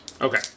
Okay